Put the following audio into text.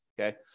okay